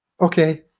Okay